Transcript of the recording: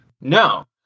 No